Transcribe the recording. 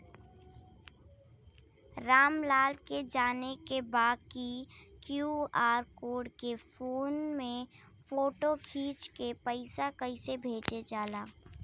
राम लाल के जाने के बा की क्यू.आर कोड के फोन में फोटो खींच के पैसा कैसे भेजे जाला?